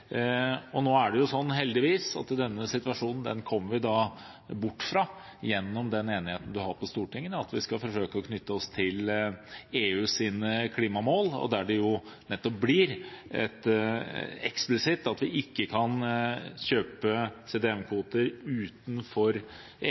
Nå er det jo sånn, heldigvis, at vi kommer bort fra denne situasjonen gjennom den enigheten vi har på Stortinget om at vi skal forsøke å knytte oss til EUs klimamål, der det nettopp blir eksplisitt at vi ikke kan kjøpe kvoter utenfor